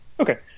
okay